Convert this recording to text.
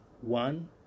One